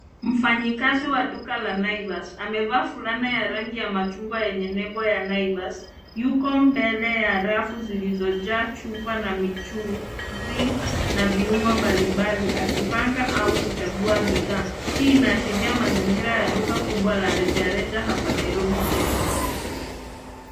Mfanyikazi wa duka la Naivas amevaa fulana ya rangi ya machungwa yenye nembo ya Naivas. Yuko mbele ya rafu zilizojaa chupa na michuuzi na viungo mbalimbali, akipanga au kuchagua bidhaa. Hii inaashiria mazingira ya duka kubwa la rejareja hapa Nairobi Kenya.